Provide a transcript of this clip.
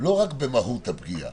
לא רק במהות הפגיעה,